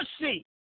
mercy